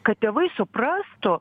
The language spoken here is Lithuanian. kad tėvai suprastų